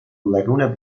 laguna